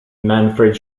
manfred